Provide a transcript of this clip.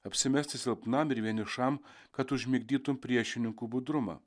apsimesti silpnam ir vienišam kad užmigdytum priešininkų budrumą